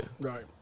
Right